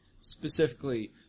specifically